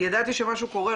ידעתי שמשהו קורה,